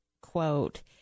quote